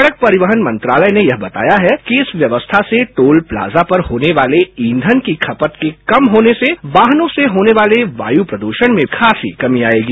सड़क परिवहन मंत्रालय ने यह बताया है कि इस व्यवस्था से टोल प्लाजा पर होने वाले ईंधन की खपत की कम होने से वाहनों से होने वाले वायु प्रद्रषण में भी खास कमी आयेगी